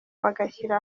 bagashyira